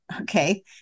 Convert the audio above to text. okay